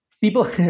people